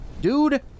Dude